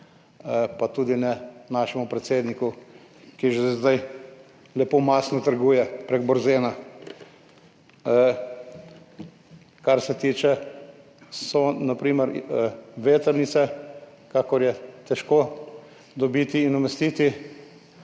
pa tudi ne našemu predsedniku, ki že zdaj lepo mastno trguje prek Borzena. Kar se tiče na primer vetrnic, kakor je težko dobiti in umestiti,